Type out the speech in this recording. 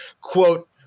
quote